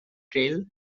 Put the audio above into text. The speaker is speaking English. trail